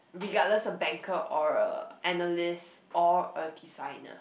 regardless of Banker or a Analyst or a Designer